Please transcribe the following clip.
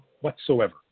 whatsoever